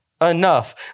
enough